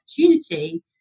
opportunity